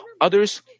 others